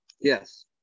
yes